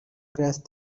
crest